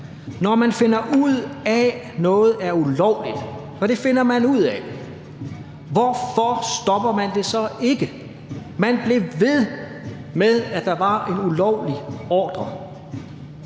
når man finder ud af, at noget er ulovligt, og det finder man ud af, hvorfor stopper man det så ikke? Man blev ved med, at der var en ulovlig ordre,